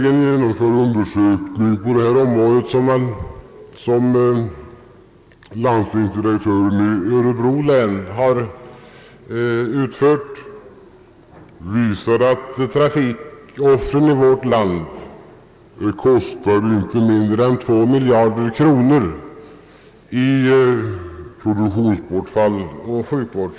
En undersökning, som landstingsdirektören i Örebro län nyligen utfört, visar att trafikoffren i vårt land kostar inte mindre än två miljarder kronor i produktionsbortfall och sjukvård.